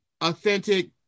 authentic